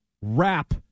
wrap